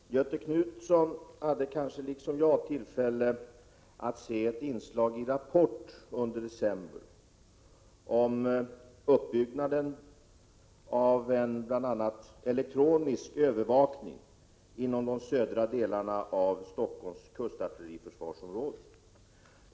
Herr talman! Göthe Knutson hade kanske liksom jag tillfälle att se ett inslag i Rapport under december om uppbyggnaden av en bl.a. elektronisk övervakning inom de södra delarna av Stockholms kustartilleriförsvarsområde.